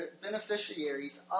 beneficiaries